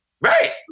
Right